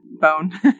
bone